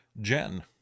Jen